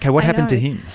what happened to him?